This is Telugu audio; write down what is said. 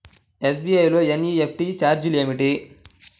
ఎస్.బీ.ఐ లో ఎన్.ఈ.ఎఫ్.టీ ఛార్జీలు ఏమిటి?